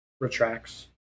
retracts